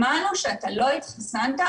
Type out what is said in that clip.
שמענו שלא התחסנת,